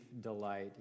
delight